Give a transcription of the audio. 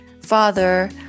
father